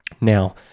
Now